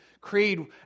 Creed